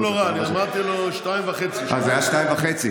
לא נורא, אמרתי לו 2.5. זה היה 2.5?